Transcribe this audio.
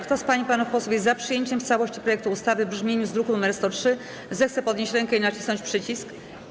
Kto z pań i panów posłów jest za przyjęciem w całości projektu ustawy w brzmieniu z druku nr 103, zechce podnieść rękę i nacisnąć przycisk.